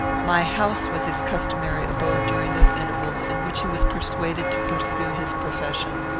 my house was his customary abode during those intervals in which he was persuaded to pursue his profession.